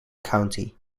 county